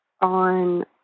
on